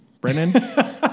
Brennan